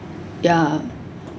ya